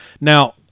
Now